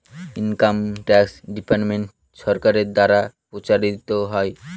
income tax department সরকারের দ্বারা পরিচালিত হয়